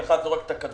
כל אחד זורק את הכדור.